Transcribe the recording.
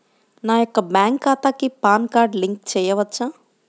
నా యొక్క బ్యాంక్ ఖాతాకి పాన్ కార్డ్ లింక్ చేయవచ్చా?